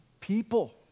people